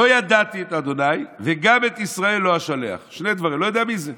לא ידעתי את ה' וגם את ישראל לא אשלח" לא יודע מי זה.